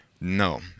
No